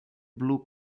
blue